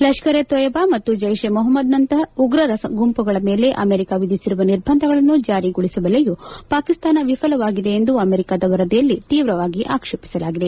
ಲಷ್ಕರ್ ಎ ತಯ್ಖಬಾ ಮತ್ತು ಚೈಷ್ ಎ ಮೊಹಮ್ದದ್ ನಂತಹ ಉಗ್ರರ ಗುಂಪುಗಳ ಮೇಲೆ ಅಮೆರಿಕ ವಿಧಿಸಿರುವ ನಿರ್ಬಂಧಗಳನ್ನು ಜಾರಿಗೊಳಿಸುವಲ್ಲಿಯೂ ಪಾಕಿಸ್ತಾನ ವಿಫಲವಾಗಿದೆ ಎಂದು ಅಮೆರಿಕದ ವರದಿಯಲ್ಲಿ ತೀವ್ರವಾಗಿ ಆಕ್ಷೇಪಿಸಲಾಗಿದೆ